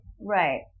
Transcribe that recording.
right